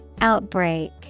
Outbreak